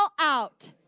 out